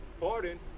Pardon